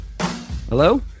Hello